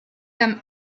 comme